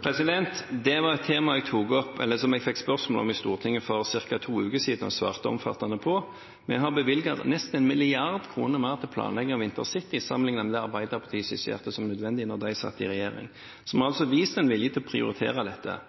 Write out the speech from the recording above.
Det var et tema jeg fikk spørsmål om i Stortinget for ca. to uker siden og svarte omfattende på. Vi har bevilget nesten 1 mrd. kr mer til planlegging av intercity enn det Arbeiderpartiet skisserte som nødvendig da de satt i regjering. Vi har vist en vilje til å prioritere dette.